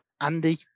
andy